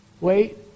wait